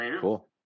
Cool